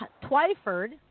Twyford